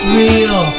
real